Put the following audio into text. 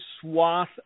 swath